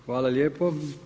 Hvala lijepo.